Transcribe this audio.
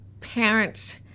parents